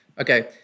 Okay